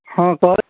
ହଁ କହ